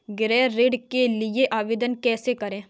गृह ऋण के लिए आवेदन कैसे करें?